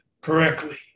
correctly